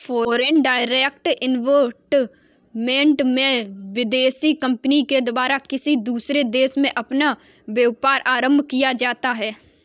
foreign direct investment में विदेशी company के द्वारा किसी दूसरे देश में अपना व्यापार आरंभ किया जाता है